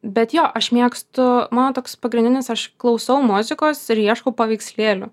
bet jo aš mėgstu mano toks pagrindinis aš klausau muzikos ir ieškau paveikslėlių